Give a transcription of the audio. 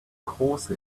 course